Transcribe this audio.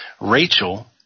Rachel